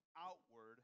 outward